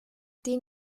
den